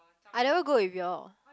I never go with you all